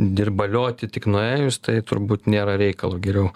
dirbalioti tik nuėjus tai turbūt nėra reikalo geriau